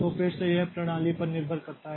तो फिर से यह प्रणाली पर निर्भर है